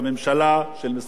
לפתור את הבעיה.